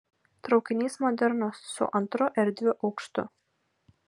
traukinys modernus su antru erdviu aukštu